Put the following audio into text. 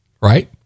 right